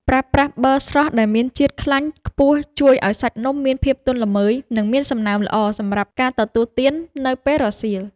ប្រើប្រាស់ប៊ឺស្រស់ដែលមានជាតិខ្លាញ់ខ្ពស់ជួយឱ្យសាច់នំមានភាពទន់ល្មើយ និងមានសំណើមល្អបំផុតសម្រាប់ការទទួលទាននៅពេលរសៀល។